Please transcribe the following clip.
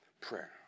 Prayer